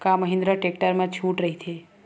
का महिंद्रा टेक्टर मा छुट राइथे?